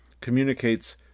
communicates